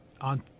on